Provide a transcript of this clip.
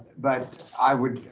but i would,